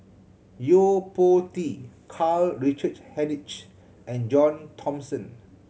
Yo Po Tee Karl Richard Hanitsch and John Thomson